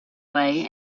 way